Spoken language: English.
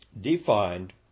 defined